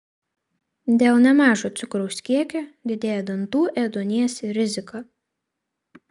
dėl nemažo cukraus kiekio didėja dantų ėduonies rizika